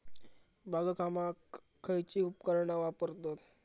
बागकामाक खयची उपकरणा वापरतत?